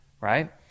right